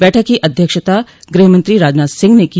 बैठक की अध्यक्षता गृहमंत्री राजनाथ सिंह ने की